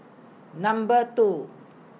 Number two